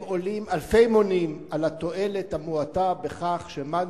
עולים אלפי מונים על התועלת המועטה בכך שמאן